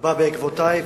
בא בעקבותי,